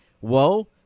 whoa